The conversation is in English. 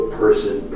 person